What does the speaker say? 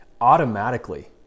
Automatically